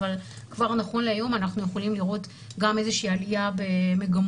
אבל כבר נכון להיום אנחנו יכולים לראות גם איזושהי עלייה במגמות